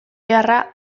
beharra